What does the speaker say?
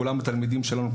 כולם תלמידים שלנו,